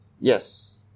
Yes